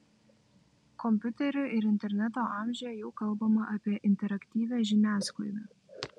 kompiuterių ir interneto amžiuje jau kalbama apie interaktyvią žiniasklaidą